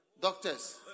Doctors